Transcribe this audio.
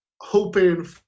hoping